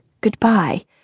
goodbye